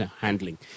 handling